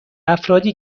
افرادی